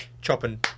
chopping